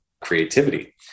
creativity